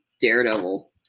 Daredevil